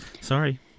sorry